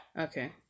Okay